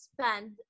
spend